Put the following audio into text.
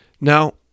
Now